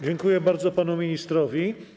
Dziękuję bardzo panu ministrowi.